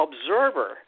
observer